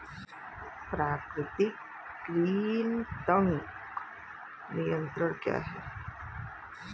प्राकृतिक कृंतक नियंत्रण क्या है?